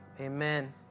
Amen